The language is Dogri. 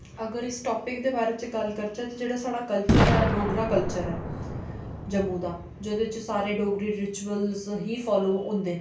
अगर इस टापिक दे बारै च गल्ल करचै कि जेह्ड़ा साढ़ा कल्चर ऐ डोगरा कल्चर ऐ जम्मू दा जेह्दे च सारे डोगरी रिचुअल ही फालो होंदे